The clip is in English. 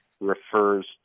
refers